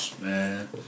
Man